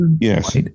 yes